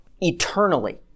eternally